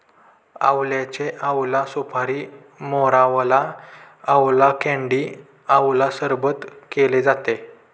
आवळ्याचे आवळा सुपारी, मोरावळा, आवळा कँडी आवळा सरबत केले जाते